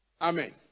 Amen